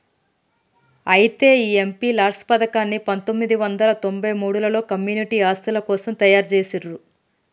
అయితే ఈ MP lads పథకాన్ని పందొమ్మిది వందల తొంభై మూడులలో కమ్యూనిటీ ఆస్తుల కోసం తయారు జేసిర్రు